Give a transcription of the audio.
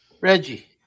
Reggie